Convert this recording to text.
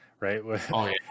right